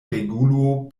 regulo